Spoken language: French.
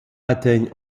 atteignent